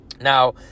Now